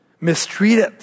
mistreated